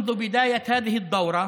(אומר דברים בשפה הערבית,